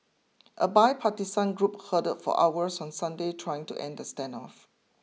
a bipartisan group huddled for hours on Sunday trying to end the standoff